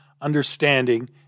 understanding